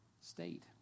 state